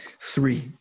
three